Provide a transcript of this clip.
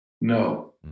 no